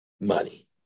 money